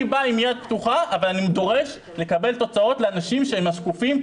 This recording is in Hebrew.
אני בא עם יד פתוחה אבל אני דורש לקבל תוצאות לאנשים שהם שקופים,